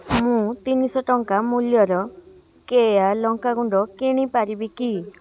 ମୁଁ ତିନିଶହ ଟଙ୍କା ମୂଲ୍ୟର କେୟା ଲଙ୍କା ଗୁଣ୍ଡ କିଣି ପାରିବି କି